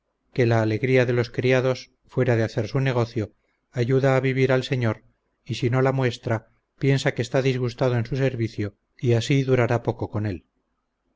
que la alegría de los criados fuera de hacer su negocio ayuda a vivir al señor y si no la muestra piensa que está disgustado en su servicio y así durará poco con él